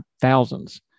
thousands